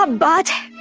um but